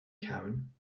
kamen